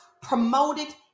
promoted